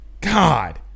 God